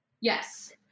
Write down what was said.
Yes